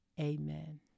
Amen